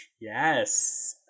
Yes